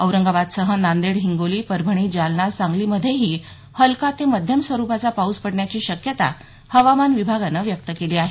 औरंगाबादसह नांदेड हिंगोली परभणी जालना सांगलीमधेही हलका ते मध्यम स्वरुपाचा पाऊस पडण्याची शक्यता हवामान विभागानं व्यक्त केली आहे